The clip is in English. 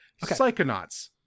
psychonauts